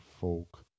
folk